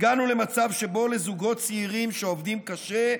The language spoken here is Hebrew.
הגענו למצב שבו לזוגות צעירים שעובדים קשה,